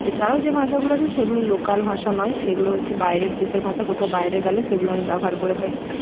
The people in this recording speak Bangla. এছাড়াও যে ভাষাগুলো আছে সেগুলো লোকাল ভাষা নয় সেগুলো হচ্ছে বাইরের দেশের ভাষা কোথাও বায়রে গেলে সেগুলো আমি ব্যবহার করে থাকি